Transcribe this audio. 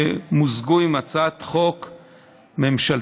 שמוזגו עם הצעת חוק ממשלתית.